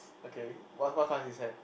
ok what what colour is his hair